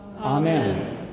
Amen